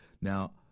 Now